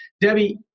debbie